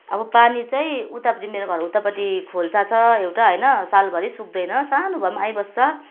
अब पानी चाहिँ उतापट्टि मेरो घर उतापट्टि खोल्सा छ एउटा होइन सालभरि सुक्दैन सानो भए पनि आइबस्छ